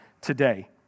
today